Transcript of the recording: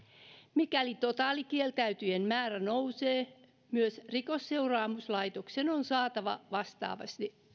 mikäli totaalikieltäytyjien määrä nousee myös rikosseuraamuslaitoksen on saatava vastaavasti